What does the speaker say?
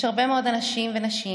יש הרבה מאוד אנשים ונשים,